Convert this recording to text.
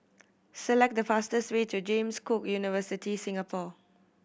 select the fastest way to James Cook University Singapore